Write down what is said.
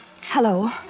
Hello